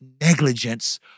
Negligence